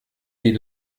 die